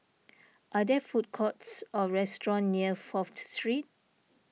are there food courts or restaurants near Fourth Street